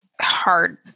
hard